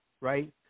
right